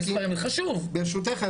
ברשותך,